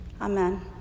Amen